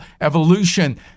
evolution